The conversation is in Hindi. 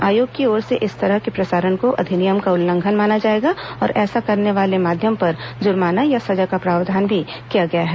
आयोग की ओर से इस तरह के प्रसारण को अधिनियम का उल्लंघन माना जाएगा और ऐसा करने वाले माध्यम पर जुर्माना या सजा का प्रावधान भी किया गया है